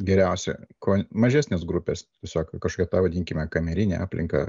geriausia kuo mažesnės grupės tiesiog kažkokia pavadinkime kamerinė aplinka